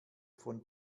von